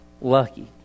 Lucky